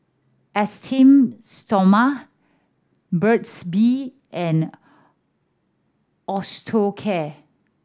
Esteem Stoma Burt's Bee and Osteocare